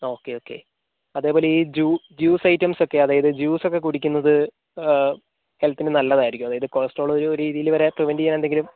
okay okay അതേപോലെ ഈ ജ്യൂ ജ്യൂസ് ഐറ്റംസ് ഒക്കെ അതായത് ജ്യൂസ് ഒക്കെ കുടിക്കുന്നത് ഹെൽത്തിന് നല്ലതായിരിക്കുമോ അതായത് കൊളസ്ട്രോൾ ഒരു രീതിയിൽ വരെ പ്രിവൻറ് ചെയ്യാൻ എന്തെങ്കിലും